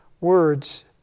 Words